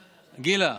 גילה,